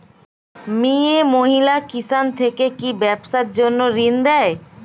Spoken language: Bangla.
মিয়ে মহিলা কিষান থেকে কি ব্যবসার জন্য ঋন দেয়?